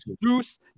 Bruce